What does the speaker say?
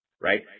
right